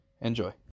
Enjoy